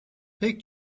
pek